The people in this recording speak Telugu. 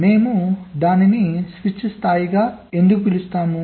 మేము దానిని స్విచ్ స్థాయిగా ఎందుకు పిలుస్తాము